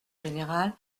générale